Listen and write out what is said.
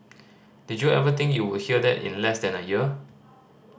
did you ever think you would hear that in less than a year